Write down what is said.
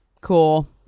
cool